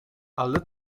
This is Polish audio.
ale